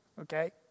okay